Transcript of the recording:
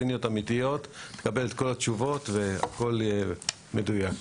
תקבל את כל התשובות והכול יהיה מדויק.